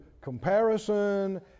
comparison